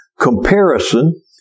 comparison